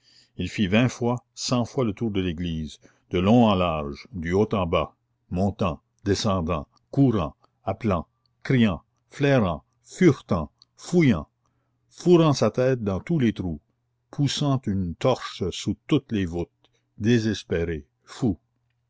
il fit vingt fois cent fois le tour de l'église de long en large du haut en bas montant descendant courant appelant criant flairant furetant fouillant fourrant sa tête dans tous les trous poussant une torche sous toutes les voûtes désespéré fou